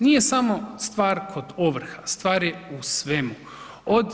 Nije samo stvar kod ovrha, stvar je u svemu.